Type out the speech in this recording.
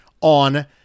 on